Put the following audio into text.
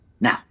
Now